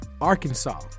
Arkansas